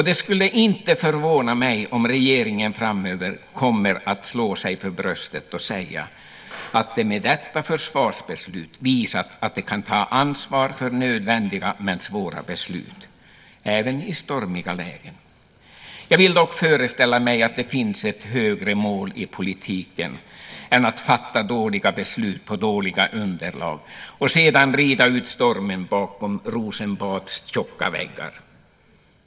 Det skulle inte förvåna mig om regeringen framöver kommer att slå sig för bröstet och säga att man med detta försvarsbeslut visat att man kan ta ansvar för nödvändiga men svåra beslut även i stormiga lägen. Jag vill dock föreställa mig att det finns ett högre mål i politiken än att fatta dåliga beslut på dåliga underlag och sedan rida ut stormen bakom Rosenbads tjocka väggar.